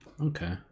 Okay